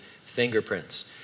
fingerprints